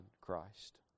Christ